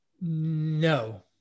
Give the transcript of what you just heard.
No